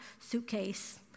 suitcase